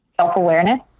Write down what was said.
self-awareness